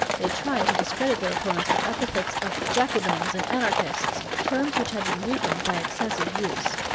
they tried to discredit their opponents with epithets of jacobins and anarchists terms which had been weakened by excessive use.